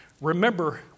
Remember